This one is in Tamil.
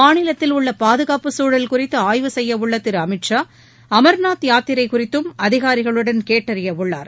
மாநிலத்தில் உள்ள பாதுகாப்பு சூழல் குறித்து ஆய்வு செய்யவுள்ள திரு அமீத் ஷா அமர்நாத் யாத்திரை குறித்தும் அதிகாரிகளுடன் கேட்டறிய உள்ளார்